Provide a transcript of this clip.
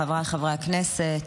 חבריי חברי הכנסת,